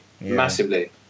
Massively